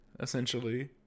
essentially